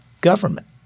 government